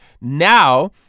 Now